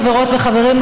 חברות וחברים,